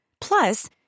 Plus